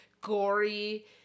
gory